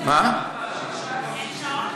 אין שעון?